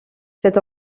cet